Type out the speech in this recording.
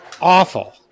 awful